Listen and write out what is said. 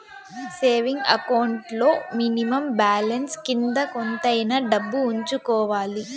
saving account లో minimum balance కింద కొంతైనా డబ్బు ఉంచుకోవాలి